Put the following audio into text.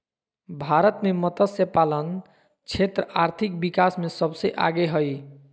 भारत मे मतस्यपालन क्षेत्र आर्थिक विकास मे सबसे आगे हइ